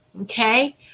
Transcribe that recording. okay